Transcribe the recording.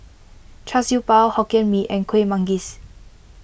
Char Siew Bao Hokkien Mee and Kueh Manggis